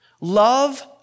love